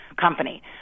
company